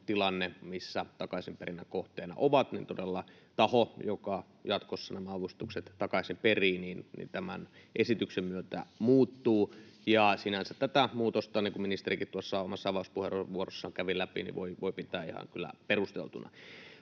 missä takaisinperinnän kohteena ovat. Todella taho, joka jatkossa nämä avustukset takaisin perii, tämän esityksen myötä muuttuu. Sinänsä tätä muutosta, niin kuin ministerikin tuossa omassa avauspuheenvuorossaan kävi läpi, voi pitää ihan kyllä perusteltuna.